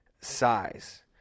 size